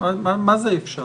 מה זה "אפשר"?